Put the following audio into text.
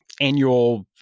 annual